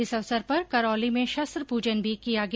इस अवसर पर करौली में शस्त्र पूजन भी किया गया